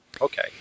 Okay